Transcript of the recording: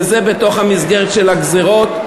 וזה בתוך המסגרת של הגזירות.